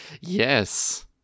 Yes